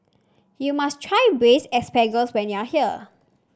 you must try Braised Asparagus when you are here